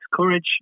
courage